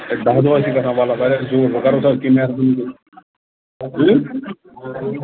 A دَہ دۄہ حظ چھِ گژھان وللہ واریاہ زیوٗٹھ وۄنۍ کَرُس حظ کیٚنٛہہ مہربٲنی کٔرِتھ